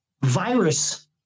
virus